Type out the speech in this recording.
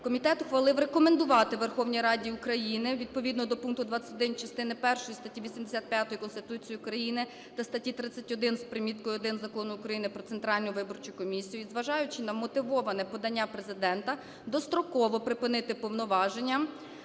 комітет ухвалив рекомендувати Верховній Раді України відповідно до пункту 21 частини першої статті 85 Конституції України та статті 31 з приміткою 1 Закону України "Про Центральну виборчу комісію" і, зважаючи на вмотивоване подання Президента, достроково припинити повноваження